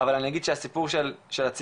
אבל אני אגיד שהסיפור של הצעירים,